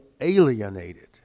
alienated